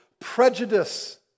prejudice